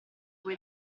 coi